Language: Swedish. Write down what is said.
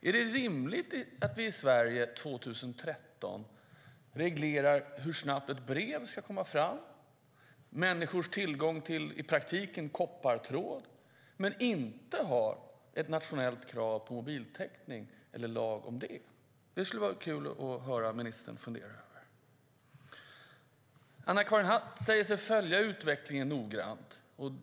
Är det rimligt att vi i Sverige 2013 reglerar hur snabbt ett brev ska komma fram och människors tillgång till, i praktiken, koppartråd men inte har ett nationellt krav på mobiltäckning eller en lag om det? Det skulle vara kul att höra ministern fundera över det. Anna-Karin Hatt säger sig följa utvecklingen noggrant.